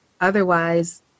Otherwise